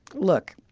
look,